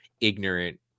ignorant